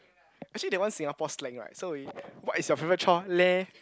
actually that one Singapore slang right so we what is your favourite chore leh